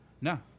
No